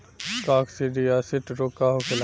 काकसिडियासित रोग का होखेला?